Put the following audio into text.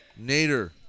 Nader